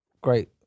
great